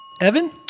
Evan